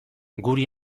guri